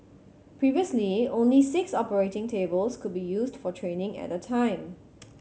previously only six operating tables could be used for training at a time